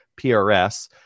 PRS